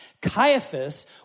Caiaphas